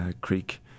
Creek